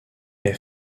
est